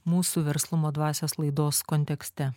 mūsų verslumo dvasios laidos kontekste